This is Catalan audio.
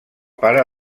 pare